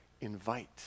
invite